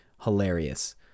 hilarious